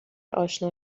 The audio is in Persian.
آشنا